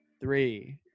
three